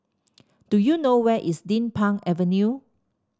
do you know where is Din Pang Avenue